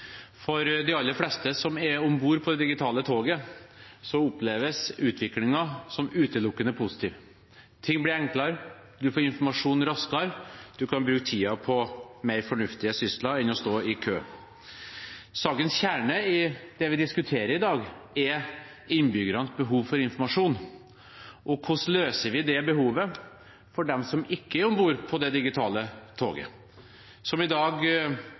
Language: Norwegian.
For de aller fleste som er om bord på det digitale toget, oppleves utviklingen som utelukkende positiv. Ting blir enklere, man får informasjon raskere, man kan bruke tiden på mer fornuftige sysler enn å stå i kø. Sakens kjerne i det vi diskuterer i dag, er innbyggernes behov for informasjon og hvordan vi dekker det behovet for dem som ikke er om bord på det digitale toget, som i dag